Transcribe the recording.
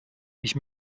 ich